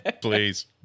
please